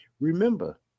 Remember